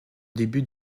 début